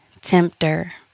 tempter